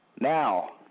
Now